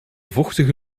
vochtige